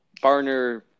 Barner